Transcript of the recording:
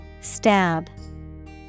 Stab